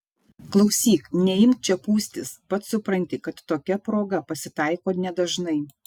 klausyk neimk čia pūstis pats supranti kad tokia proga pasitaiko nedažnai